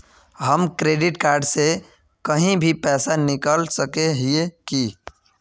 हम credit card से कहीं भी पैसा निकल सके हिये की?